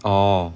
orh